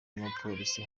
n’umupolisi